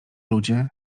ludzie